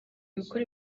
gukora